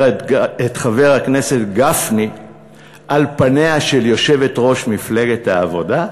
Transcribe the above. הכנסת גפני על פניה של יושבת-ראש מפלגת העבודה?